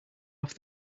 off